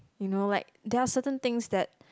you know like there are certain things that